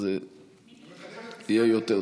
אז יהיה יותר טוב.